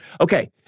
Okay